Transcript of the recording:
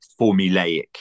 formulaic